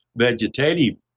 vegetative